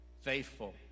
faithful